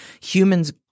humans –